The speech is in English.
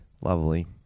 Lovely